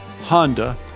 Honda